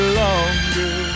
longer